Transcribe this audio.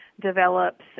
develops